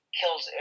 kills